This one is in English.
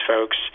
folks